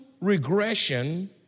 regression